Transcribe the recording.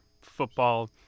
Football